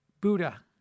Buddha